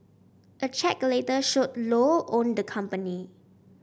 a check later showed Low owned the company